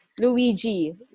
Luigi